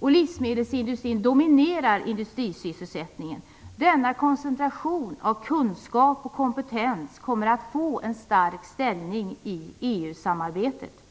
Livsmedelsindustrin dominerar industrisysselsättningen. Denna koncentration av kunskap och kompetens kommer att få en stark ställning i EU-samarbetet.